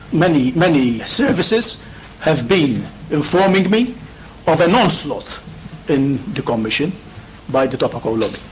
many, many services have been informing me of an onslaught in the commission by the tobacco lobby.